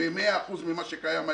ב-100% ממה שקיים היום,